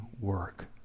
work